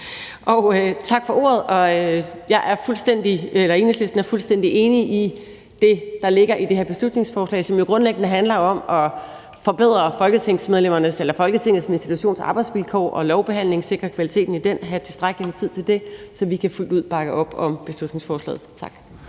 Tak for ordet. Enhedslisten er fuldstændig enig i det, der ligger i det her beslutningsforslag, som jo grundlæggende handler om at forbedre Folketinget som institutions arbejdsvilkår og lovbehandlingen og sikre kvaliteten i den og have tilstrækkelig tid til den. Så vi kan fuldt ud bakke op om beslutningsforslaget. Tak.